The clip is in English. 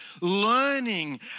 learning